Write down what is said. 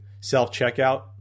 self-checkout